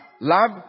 Love